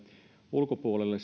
ulkopuolelle